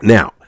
Now